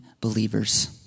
believers